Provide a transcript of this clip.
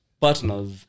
partners